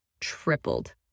tripled